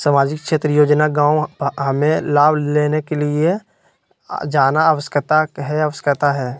सामाजिक क्षेत्र योजना गांव हमें लाभ लेने के लिए जाना आवश्यकता है आवश्यकता है?